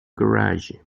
garage